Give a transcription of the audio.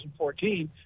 2014